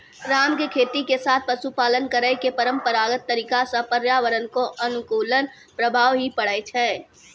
राम के खेती के साथॅ पशुपालन करै के परंपरागत तरीका स पर्यावरण कॅ अनुकूल प्रभाव हीं पड़ै छै